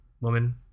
woman